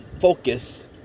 focus